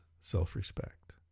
self-respect